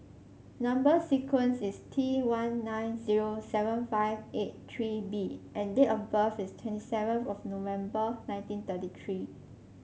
number sequence is T one nine zero seven five eight three B and date of birth is twenty seven of November nineteen thirty three